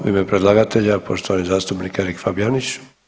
U ime predlagatelja poštovani zastupnik Erik Fabijanić.